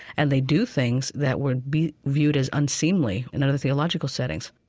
and they do things that would be viewed as unseemly in other theological settings